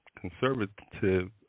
conservative